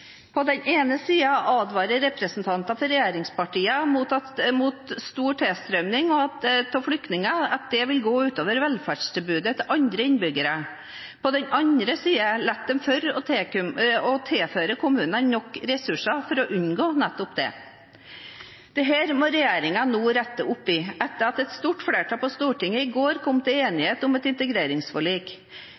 På den ene siden advarer representanter for regjeringspartiene om at stor tilstrømming av flyktninger vil gå ut over velferdstilbudet til andre innbyggere. På den andre siden lar de være å tilføre kommunen nok ressurser for å unngå nettopp dette. Dette må regjeringen nå rette opp i, etter at et stort flertall på Stortinget i går kom til enighet om et integreringsforlik.